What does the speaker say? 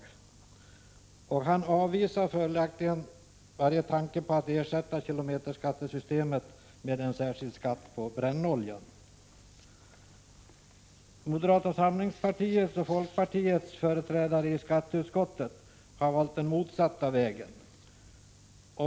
Finansministern avvisar följaktligen varje tanke på att ersätta kilometerskattesystemet med en särskild skatt på brännolja. Moderata samlingspartiets och folkpartiets företrädare i skatteutskottet har valt den motsatta vägen.